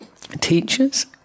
teachers